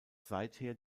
seither